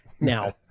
Now